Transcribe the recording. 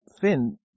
Finn